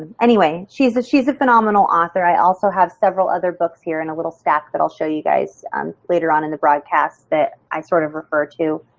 anyway, she's ah she's a phenomenal author. i also have several other books here in a little stuff that i'll show you guys later on in the broadcast that i sort of refer to.